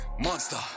Monster